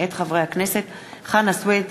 מאת חברי הכנסת תמר זנדברג,